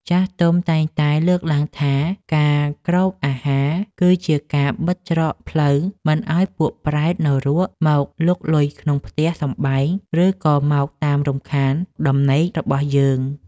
ចាស់ទុំតែងតែលើកឡើងថាការគ្របអាហារ គឺជាការបិទច្រកផ្លូវមិនឱ្យពួកប្រេតនរកមកលុកលុយក្នុងផ្ទះសម្បែង ឬក៏មកតាមរំខានដំណេករបស់យើង។